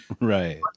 Right